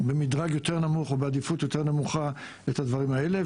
במדרג יותר נמוך ובעדיפות יותר נמוכה את הדברים האלה.